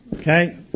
Okay